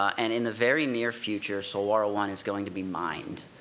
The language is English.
and in the very near future, solwara one is going to be mined.